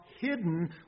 hidden